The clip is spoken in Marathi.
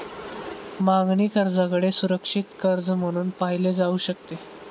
मागणी कर्जाकडे सुरक्षित कर्ज म्हणून पाहिले जाऊ शकते